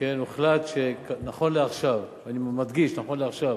הוחלט שנכון לעכשיו, אני מדגיש, נכון לעכשיו,